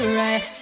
right